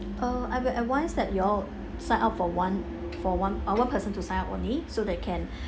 err I will advise that you all sign up for one for one ah one person to sign up only so that can